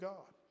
God